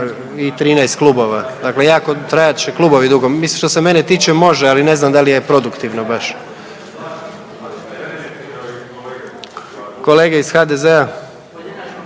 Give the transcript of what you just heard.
i 13 klubova, dakle jako, trajat će klubovi dugo. Mislim što se mene tiče može, ali ne znam da li produktivno baš. Kolege iz HDZ-a?